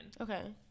Okay